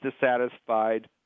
dissatisfied